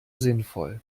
sinnvoll